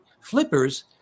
flippers